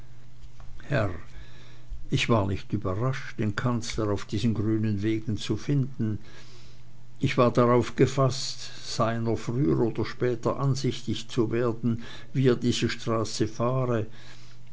ich war nicht überrascht den kanzler auf diesen grünen wegen zu finden ich war darauf gefaßt seiner früher oder später ansichtig zu werden wie er diese straße fahre